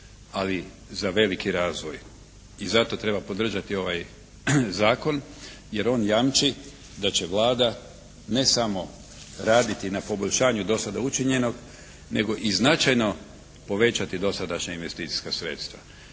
ali za veliki razvoj. I zato treba podržati ovaj zakon jer on jamči da će Vlada ne samo raditi na poboljšanju do sada učinjenog nego i značajno povećati dosadašnja investicijska sredstva.